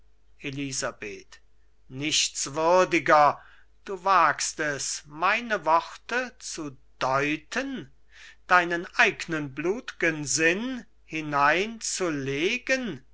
elisabeth nichtswürdiger du wagst es meine worte zu deuten deinen eignen blut'gen sinn hineinzulegen